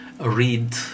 read